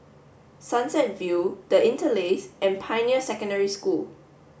Sunset View The Interlace and Pioneer Secondary School